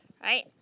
right